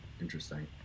Interesting